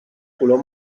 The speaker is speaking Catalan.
color